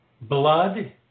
blood